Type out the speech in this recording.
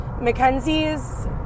Mackenzie's